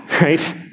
right